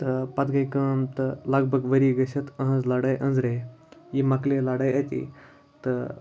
تہٕ پَتہٕ گٔے کٲم تہٕ لگ بگ ؤری گٔژھِتھ إہٕنٛز لَڑٲے أنٛزرے یہِ مۄکلے لَڑٲے أتی تہٕ